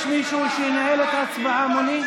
יש מישהו שינהל את ההצבעה מולי?